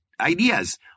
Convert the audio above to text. ideas